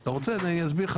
אם אתה רוצה, אני אסביר לך.